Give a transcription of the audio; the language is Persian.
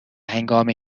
هنگامی